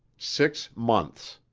six months!